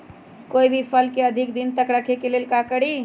कोई भी फल के अधिक दिन तक रखे के लेल का करी?